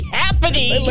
happening